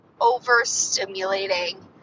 overstimulating